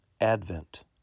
Advent